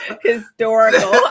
Historical